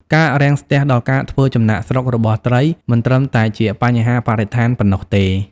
ការរាំងស្ទះដល់ការធ្វើចំណាកស្រុករបស់ត្រីមិនត្រឹមតែជាបញ្ហាបរិស្ថានប៉ុណ្ណោះទេ។